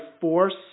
force